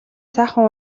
сайхан